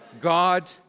God